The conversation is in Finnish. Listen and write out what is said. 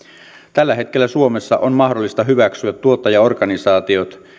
tällä hetkellä suomessa on mahdollista hyväksyä tuottajaorganisaatiot